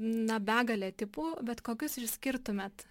na begalė tipų bet kokius išskirtumėt